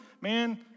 man